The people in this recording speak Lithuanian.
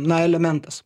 na elementas